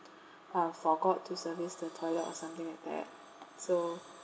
uh forgot to service the toilet or something like that so